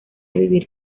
vivir